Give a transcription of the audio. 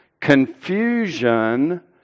confusion